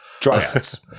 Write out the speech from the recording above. Dryads